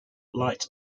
light